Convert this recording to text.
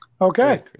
Okay